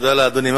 תודה לאדוני.